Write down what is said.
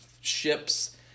ships